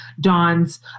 Dawn's